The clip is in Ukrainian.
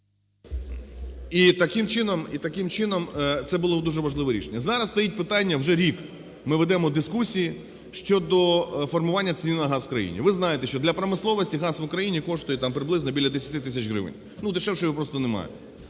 І таким чином це було б дуже важливе рішення. Зараз стоїть питання: вже рік ми ведемо дискусії щодо формування ціни на газ в країні. Ви знаєте, що для промисловості газ в Україні коштує, там, приблизно біля 10 тисяч гривень, дешевше його просто немає,